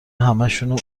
همشونو